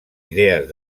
idees